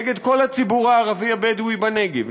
נגד כל הציבור הערבי הבדואי בנגב,